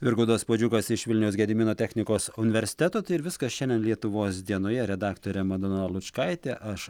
virgaudas puodžiukas iš vilniaus gedimino technikos universiteto tai ir viskas šiandien lietuvos dienoje redaktorė madona lučkaitė aš